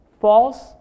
false